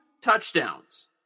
touchdowns